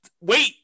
wait